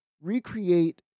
recreate